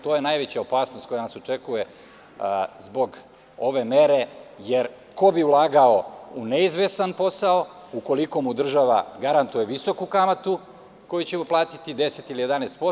To je najveća opasnost koja nas očekuje zbog ove mere, jer ko bi ulagao u neizvestan posao ukoliko mu država garantuje visoku kamatu koju ćemo platiti 10% ili 11%